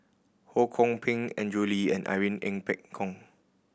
Ho Kwon Ping Andrew Lee and Irene Ng Phek Hoong